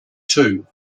two